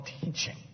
teaching